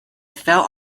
felt